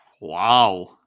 Wow